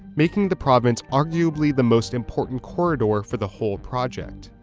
making the province arguably the most important corridor for the whole project.